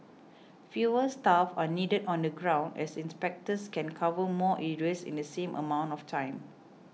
fewer staff are needed on the ground as inspectors can cover more areas in the same amount of time